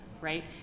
right